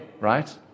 right